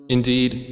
Indeed